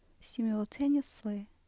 simultaneously